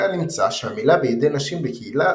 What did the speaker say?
מכאן נמצא שהמילה בידי נשים בקהילה